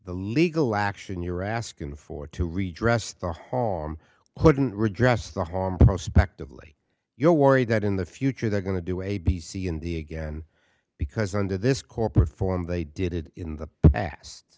the legal action you're asking for to redress the harm wouldn't redress the harm prospect of late you're worried that in the future they're going to do a b c in the again because under this corporate form they did it in the past